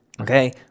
Okay